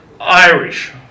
Irish